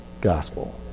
gospel